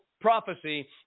prophecy